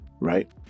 right